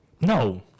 No